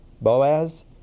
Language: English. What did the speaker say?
Boaz